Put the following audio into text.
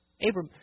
Abram